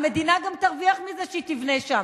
המדינה גם תרוויח מזה שהיא תבנה שם.